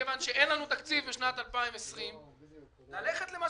מכיוון שאין לנו תקציב לשנת 2020. ללכת למה